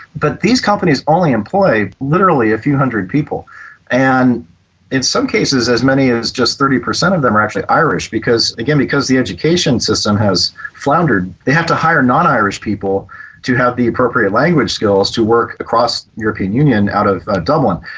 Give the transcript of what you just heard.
but these companies only employ literally a few hundred people and in some cases as many as just thirty per cent of them are actually irish, because again because the education system has floundered, they have to hire non-irish people to have the appropriate language skills to work across the european union out of ah dublin.